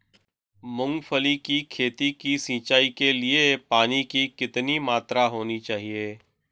मूंगफली की खेती की सिंचाई के लिए पानी की कितनी मात्रा होनी चाहिए?